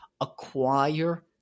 acquire